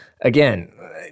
Again